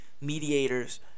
mediators